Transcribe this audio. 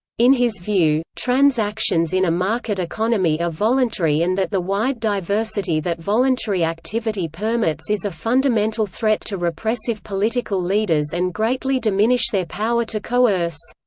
in his view, transactions in a market economy are voluntary and that the wide diversity that voluntary activity permits is a fundamental threat to repressive political leaders and greatly diminish their power to coerce.